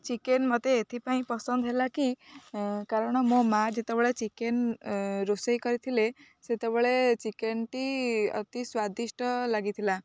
chicken ମୋତେ ଏଥିପାଇଁ ପସନ୍ଦ ହେଲା କି କାରଣ ମୋ ମା' ଯେତେବେଳେ ଚିକେନ ରୋଷେଇ କରିଥିଲେ ସେତେବେଳେ ଚିକେନଟି ଅତି ସ୍ୱାଦିଷ୍ଟ ଲାଗିଥିଲା